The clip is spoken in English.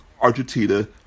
Argentina